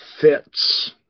fits